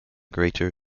greater